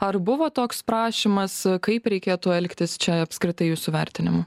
ar buvo toks prašymas kaip reikėtų elgtis čia apskritai jūsų vertinimu